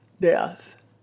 death